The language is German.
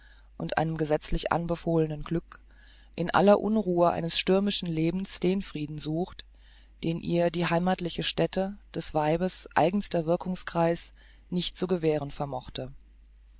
und einem gesetzlich anbefohlenen glück in aller unruhe eines stürmischen lebens den frieden sucht den ihr die heimathliche stätte des weibes eigenster wirkungskreis nicht zu gewähren vermochte